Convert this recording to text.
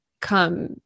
come